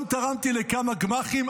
גם תרמתי לכמה גמ"חים,